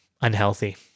unhealthy